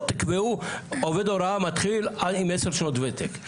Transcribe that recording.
או תקבעו עובד הוראה מתחיל עם עשר שנות ותק.